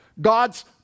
god's